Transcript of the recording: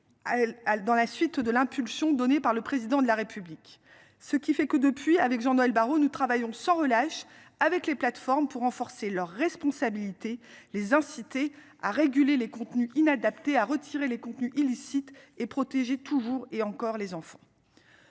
dans la suite de l'impulsion donnée par le président de la République, ce qui fait que depuis avec Jean-Noël Barrot nous travaillons sans relâche avec les plateformes pour renforcer leur responsabilité les inciter à réguler les contenus inadaptés à retirer les contenus illicites et protéger toujours et encore les enfants.